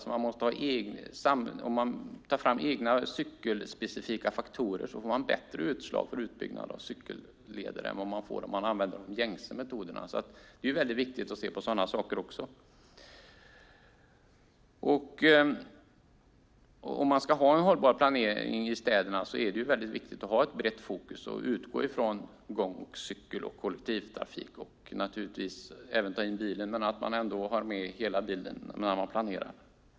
Om man tar fram egna cykelspecifika faktorer får man ett bättre utslag för utbyggnad av cykelleder än om man använder de gängse metoderna. Det är viktigt att se på sådana saker också. Om man ska ha en hållbar planering i städerna är det viktigt att ha ett brett fokus och utgå från gående, cyklister och kollektivtrafik. Man ska naturligtvis även ta med bilar. Men man måste ha med hela bilden när man planerar.